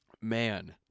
man